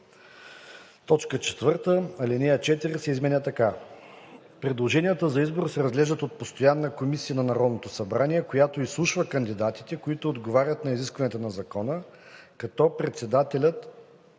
пето. 4. Алинея 4 се изменя така: „(4) Предложенията за избор се разглеждат от постоянна комисия на Народното събрание, която изслушва кандидатите, които отговарят на изискванията на закона, като председателят